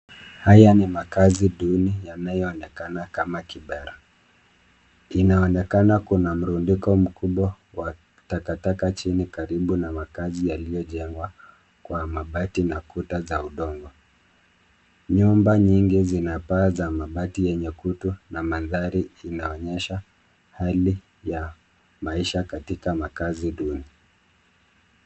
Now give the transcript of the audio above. Haya ni makaazi duni yanayoonekana kama Kibera. Inaonekana kuna mrundiko mkubwa wa takataka chini karibu na makazi yaliyojengwa kwa mabati na kuta za udongo. Nyumba nyingi zina paa za mabati yenye kutu na mandhari inaonesha hali ya maisha katika makaazi duni.